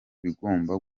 bigomba